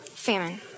Famine